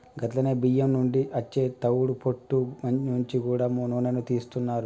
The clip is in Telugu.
గట్లనే బియ్యం నుండి అచ్చే తవుడు పొట్టు నుంచి గూడా నూనెను తీస్తున్నారు